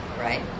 right